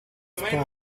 spada